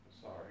sorry